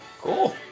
Cool